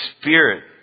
spirit